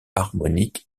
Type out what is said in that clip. harmoniques